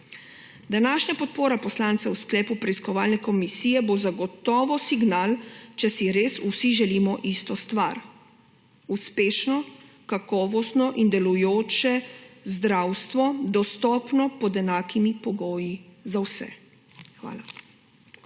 Današnja podpora poslancev sklepu preiskovalne komisije bo zagotovo signal, če si res vsi želimo isto stvar – uspešno, kakovostno in delujoče zdravstvo, dostopno pod enakimi pogoji za vse. Hvala.